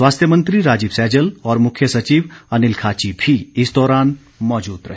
स्वास्थ्य मंत्री राजीव सैजल और मुख्य सचिव अनिल खाची भी इस दौरान मौजूद रहे